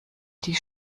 die